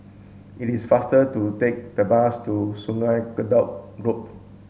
it is faster to take the bus to Sungei Kadut Loop